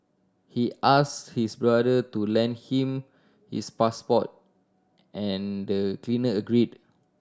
he asked his brother to lend him his passport and the cleaner agreed